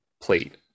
plate